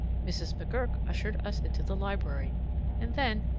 mrs. mcgurk ushered us into the library and then,